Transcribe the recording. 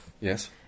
Yes